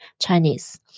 Chinese